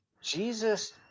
Jesus